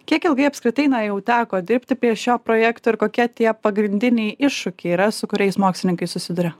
kiek ilgai apskritai na jau teko dirbti prie šio projekto ir kokie tie pagrindiniai iššūkiai yra su kuriais mokslininkai susiduria